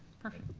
perfect.